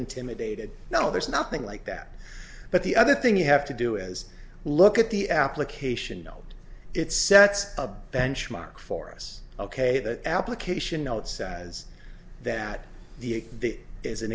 intimidated no there's nothing like that but the other thing you have to do is look at the application no it sets a benchmark for us ok the application outsize that the it is an